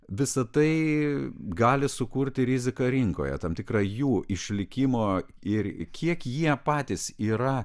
visa tai gali sukurti riziką rinkoje tam tikra jų išlikimo ir kiek jie patys yra